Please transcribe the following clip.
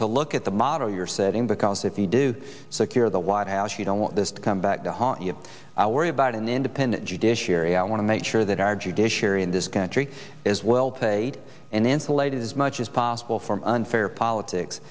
to look at the model you're setting because if you do secure the white house you don't want this to come back to haunt you i worry about an independent judiciary i want to make sure that our judiciary in this country is well paid and insulated as much as possible from unfair politics